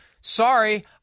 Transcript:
sorry